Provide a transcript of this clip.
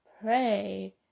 pray